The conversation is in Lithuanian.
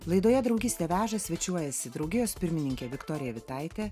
laidoje draugystė veža svečiuojasi draugijos pirmininkė viktorija vitaitė